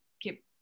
keep